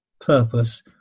purpose